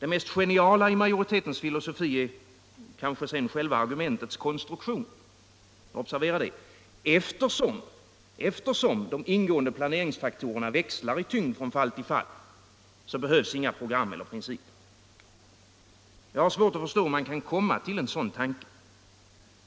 Det mest geniala i majoritetens filosofi är kanske själva argumentets konstruktion: Eftersom de ingående planeringsfaktorerna växlar i tyngd från fall till fall, behövs inga program och principer. Jag har svårt att förstå hur man kan komma till en sådan slutsats.